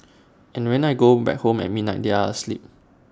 and when I go back home at midnight they are asleep